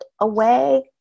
away